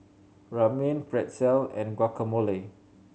Ramen Pretzel and Guacamole